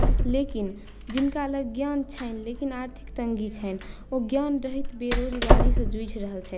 लेकिन जिनका लग ज्ञान छनि लेकिन आर्थिक तङ्गी छनि ओ ज्ञान रहैत बेरोजगारी सॅं जुझि रहल छथि